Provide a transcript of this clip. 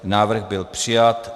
Návrh byl přijat.